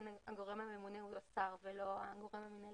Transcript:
הגורם הממונה הוא השר ולא הגורם המינהלי.